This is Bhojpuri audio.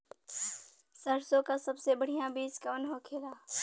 सरसों का सबसे बढ़ियां बीज कवन होखेला?